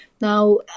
now